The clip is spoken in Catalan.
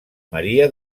maria